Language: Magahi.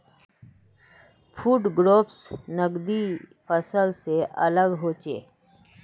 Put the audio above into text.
फ़ूड क्रॉप्स नगदी फसल से अलग होचे